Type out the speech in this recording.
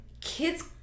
kids